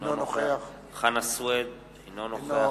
אינו נוכח חנא סוייד, אינו נוכח